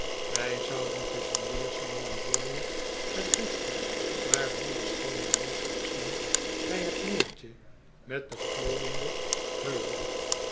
ij zouden tusschen eerselo en orne het woeste maar wonderschoone landschap zien bij het meertje met den glooijenden heuvel